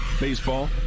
Baseball